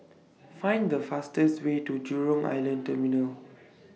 Find The fastest Way to Jurong Island Terminal